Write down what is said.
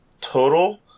total